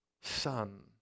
son